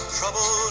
trouble